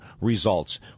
results